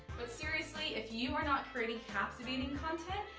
but seriously, if you are not creating captivating content,